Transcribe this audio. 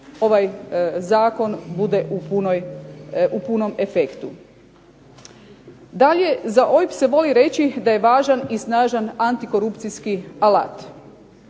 ovaj zakon bude u punom efektu. Dalje za OIB se voli reći da je važan i snažan antikorupcijski alat.